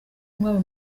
umwami